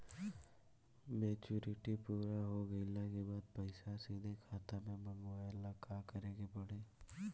Maturity पूरा हो गइला के बाद पईसा सीधे खाता में मँगवाए ला का करे के पड़ी?